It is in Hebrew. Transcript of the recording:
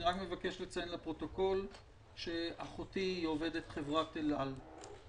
אני מבקש לציין פרוטוקול שאחותי עובדת חברת אל על.